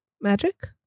magic